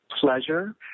pleasure